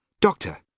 Doctor